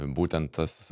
būtent tas